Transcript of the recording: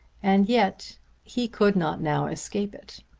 and yet he could not now escape it!